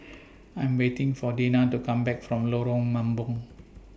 I Am waiting For Dena to Come Back from Lorong Mambong